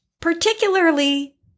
particularly